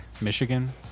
Michigan